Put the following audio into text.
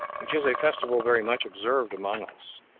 which is a festival very much observed among us,